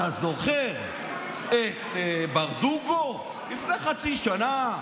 אתה זוכר את ברדוגו לפני חצי שנה?